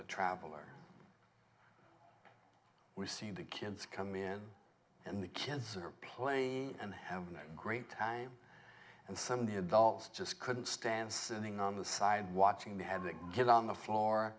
the traveller we're seeing the kids come in and the kids are playing and have no great time and some of the adults just couldn't stand sitting on the side watching they had to get on the floor